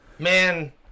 Man